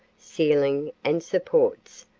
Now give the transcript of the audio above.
ceiling, and supports,